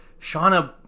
Shauna